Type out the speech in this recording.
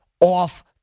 off